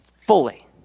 fully